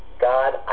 God